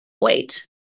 wait